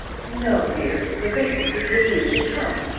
no, dear the goodness is with you to come.